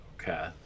Okay